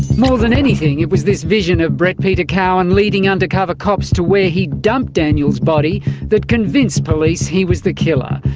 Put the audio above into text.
more than anything it was this vision of brett peter cowan leading undercover cops to where he'd dumped daniel's body that convinced police he was the killer,